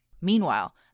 Meanwhile